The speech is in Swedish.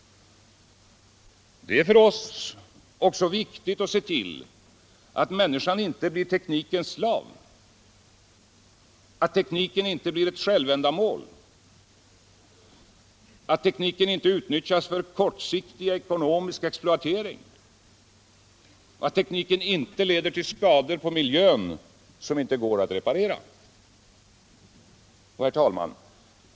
Det är för oss också viktigt att se till att människan inte blir teknikens slav, att tekniken inte blir ett självändamål, att tekniken inte utnyttjas för kortsiktig ekonomisk exploatering och att tekniken inte leder till skador på miljön som inte går att reparera. Herr talman!